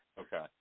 Okay